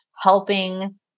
helping